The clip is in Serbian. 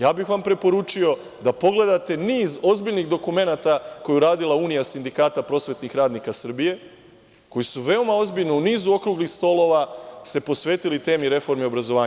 Ja bih vam preporučio da pogledate niz ozbiljnih dokumenata koje je uradila Unija sindikata prosvetnih radnika Srbije, koji su veoma ozbiljno, u nizu okruglih stolova, se posvetili temi reforme obrazovanja.